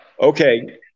okay